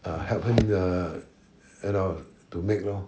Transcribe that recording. err help him err you know to make lor